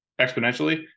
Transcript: exponentially